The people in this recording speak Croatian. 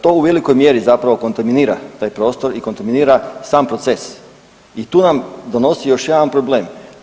To u velikoj mjeri zapravo kontaminira taj prostor i kontaminira sam proces i tu nam donosi još jedan problem.